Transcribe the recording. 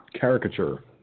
caricature